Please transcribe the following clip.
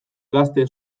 gazte